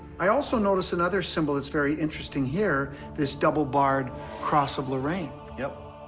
i also notice another symbol that's very interesting here, this double-barred cross of lorraine. yep.